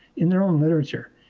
in their own literature.